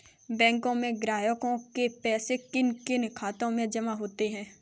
बैंकों में ग्राहकों के पैसे किन किन खातों में जमा होते हैं?